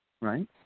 right